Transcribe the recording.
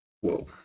Whoa